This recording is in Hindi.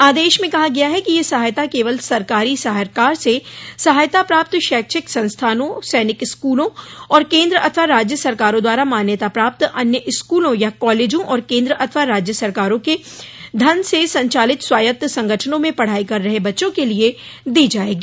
आदेश में कहा गया है कि यह सहायता केवल सरकारी सरकार से सहायता प्राप्त शैक्षिक संस्थानों सैनिक स्कूलों और केन्द्र अथवा राज्य सरकारों द्वारा मान्यता प्राप्त अन्य स्कूलों या कॉलेजों और केन्द्र अथवा राज्य सरकारों के धन से संचालित स्वायत्त संगठनों में पढाई कर रहे बच्चों के लिए दी जायेगी